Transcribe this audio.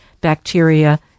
bacteria